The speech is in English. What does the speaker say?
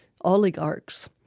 oligarchs